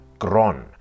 GRON